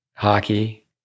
Hockey